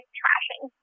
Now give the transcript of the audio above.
trashing